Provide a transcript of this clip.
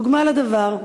דוגמה לדבר: